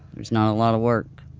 there's not a lot of work.